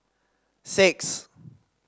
six